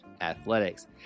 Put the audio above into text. athletics